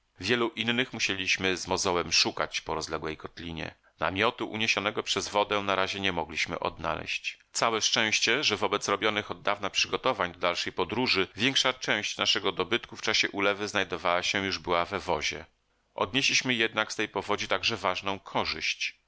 wielu innych musieliśmy z mozołem szukać po rozległej kotlinie namiotu uniesionego przez wodę na razie nie mogliśmy odnaleść całe szczęście że wobec robionych od dawna przygotowań do dalszej podróży większa część naszego dobytku w czasie ulewy znajdowała się już była we wozie odnieśliśmy jednak z tej powodzi także ważną korzyść